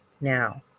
now